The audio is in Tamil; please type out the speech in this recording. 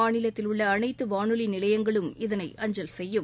மாநிலத்தில் உள்ள அனைத்து வானொலி நிலையங்களும் இதனை அஞ்சல் செய்யும்